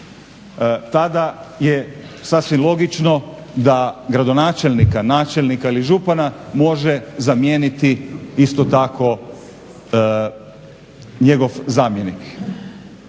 tada je sasvim logično da gradonačelnika, načelnika ili župana može zamijeniti isto tako njegov zamjenik.